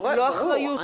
לא אחריות,